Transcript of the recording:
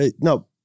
no